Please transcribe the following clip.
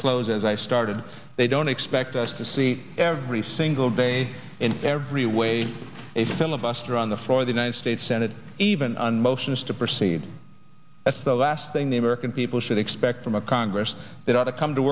close as i started they don't expect us to see every single day in every way a filibuster on the floor of the united states senate even and motions to proceed as the last thing the american people should expect from a congress that are to come to